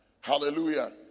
hallelujah